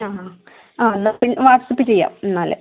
ആ ആ എന്നാൽ പിൻ വാട്സപ്പ് ചെയ്യാം എന്നാൽ